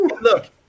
Look